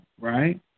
right